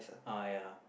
uh ya